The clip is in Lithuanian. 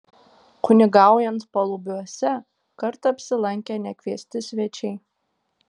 kunigaujant palubiuose kartą apsilankė nekviesti svečiai